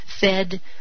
fed